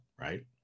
Right